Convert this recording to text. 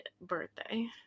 birthday